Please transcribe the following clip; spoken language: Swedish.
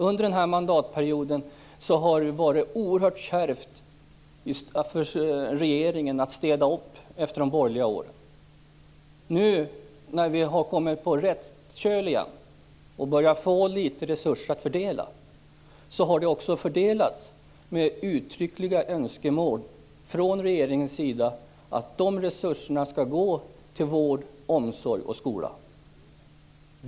Under den här mandatperioden har det varit oerhört kärvt för regeringen när det gällt att städa upp efter de borgerliga åren. Nu, när vi har kommit på rätt köl igen och börjar få litet resurser att fördela, har det också fördelats - med det uttryckliga önskemålet från regeringens sida att de här resurserna skall gå till vård, omsorg och skola.